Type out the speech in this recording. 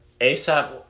ASAP